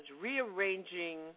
rearranging